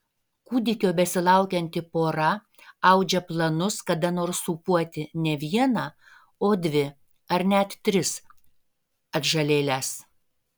kūdikio besilaukianti pora audžia planus kada nors sūpuoti ne vieną o dvi ar net tris atžalėles